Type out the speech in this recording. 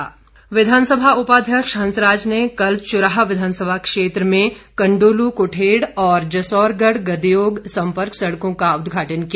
विधानसभा उपाध्यक्ष विधानसभा उपाध्यक्ष हंसराज ने कल चुराह विधानसभा क्षेत्र में कंडोल कठेड और जसौरगढ गदयोग संपर्क सडकों का उदघाटन किया